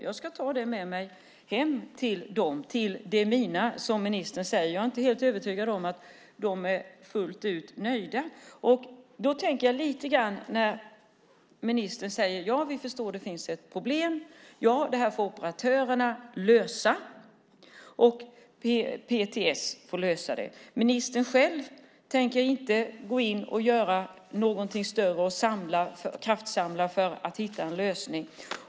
Jag ska ta med mig detta till "de mina", som ministern säger. Jag är inte helt övertygad om att de är fullt ut nöjda. Ministern säger att hon förstår att det finns ett problem och att operatörerna och PTS får lösa detta. Ministern själv tänker inte göra något större och kraftsamla för att hitta en lösning.